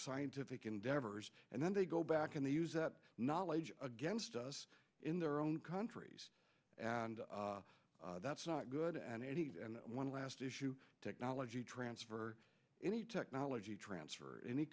scientific endeavors and then they go back and they use that knowledge against us in their own countries and that's not good and indeed and one last issue technology transfer any technology transfer any